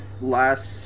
Last